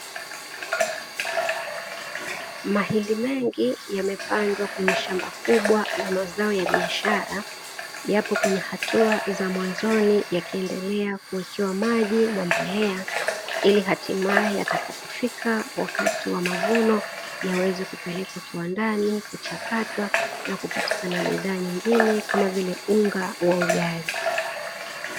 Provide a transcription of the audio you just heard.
Mahindi mengi yamepandwa kwenye shamba kubwa la mazao ya biashara, yapo kwenye hatua za mwanzoni yakiendelea kuwekewa maji na mbolea, ili hatimae yatakapofika wakati wa mavuno yaweze kupelekwa kiwandani kuchakatwa na kupatikana bidhaa nyingine kama vile, unga wa ugali.